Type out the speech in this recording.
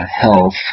health